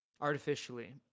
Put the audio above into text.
artificially